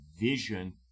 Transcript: vision